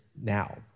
now